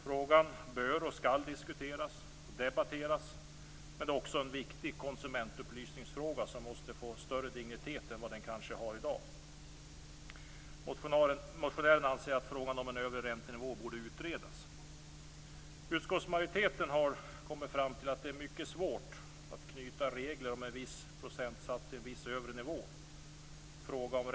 Frågan bör och skall diskuteras och debatteras. Det är också en viktig konsumentupplysningsfråga som måste få en större dignitet än vad den kanske har i dag. Motionären anser att frågan om en övre räntenivå borde utredas. Utskottsmajoriteten har kommit fram till att det är mycket svårt att knyta regler om för höga räntor till en viss procentsats.